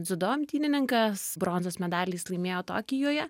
dziudo imtynininkas bronzos medalį jis laimėjo tokijuje